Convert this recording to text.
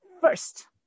first